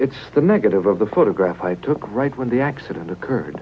's the negative of the photograph i took right when the accident occurred